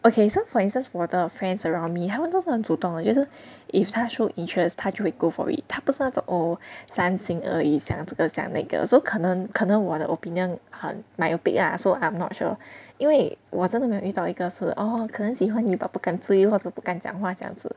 okay so for instance 我的 friends around me 他们都是很主动的我觉得 if 他 show interest 他就会 go for it 他不是那种 oh 伤心而已想这个想那个 so 可能可能我的 opinion 很 myopic lah so I'm not sure 因为我真的没有遇到一个是:yin wei wo zhen de mei you dao yi ge shi oh 可能喜欢你 but 不敢追或者不敢讲话这样子